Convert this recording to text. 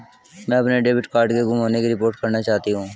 मैं अपने debit card के गुम होने की रिपोर्ट करना चाहती हूँ